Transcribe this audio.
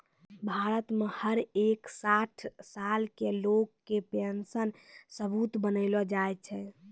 भारत मे हर एक साठ साल के लोग के पेन्शन सबूत बनैलो जाय छै